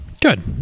Good